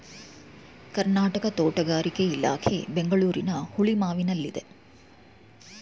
ಕರ್ನಾಟಕ ತೋಟಗಾರಿಕೆ ಇಲಾಖೆ ಬೆಂಗಳೂರಿನ ಹುಳಿಮಾವಿನಲ್ಲಿದೆ